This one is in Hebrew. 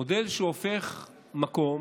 מודל שהופך מקום